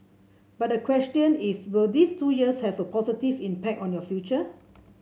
but the question is will these two years have a positive impact on your future